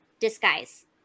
disguise